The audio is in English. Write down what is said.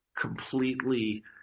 completely